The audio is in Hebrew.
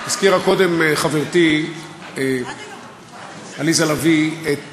הזכירה קודם חברתי עליזה לביא את